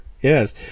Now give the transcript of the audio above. Yes